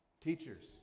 Teachers